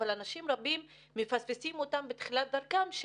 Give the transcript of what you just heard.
אבל אנשים רבים מפספסים אותם בתחילת דרכם.